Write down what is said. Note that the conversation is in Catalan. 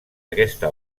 aquesta